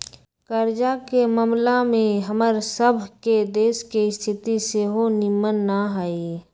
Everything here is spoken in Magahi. कर्जा के ममला में हमर सभ के देश के स्थिति सेहो निम्मन न हइ